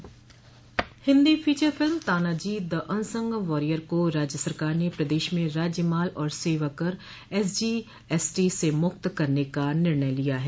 Hindi feature film Tanaji the unsung warrior को राज्य सरकार ने प्रदेश में राज्य माल और सेवाकर एसजी एसटी से मृक्त करने का निर्णय लिया है